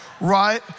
right